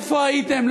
איפה הייתם,